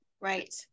Right